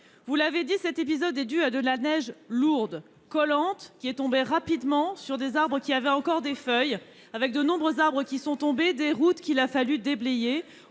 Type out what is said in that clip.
Vous l'avez dit, cet épisode est dû à de la neige lourde, collante, tombée rapidement sur des arbres qui avaient encore des feuilles. De nombreux arbres sont tombés, qu'il a fallu déblayer